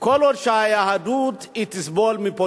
שכל עוד תסבול היהדות מפוליטיזציה,